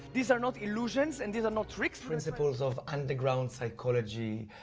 these are not illusions, and these are not tricks. principles of underground psychology,